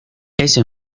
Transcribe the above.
ese